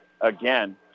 Again